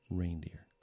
reindeer